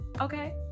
okay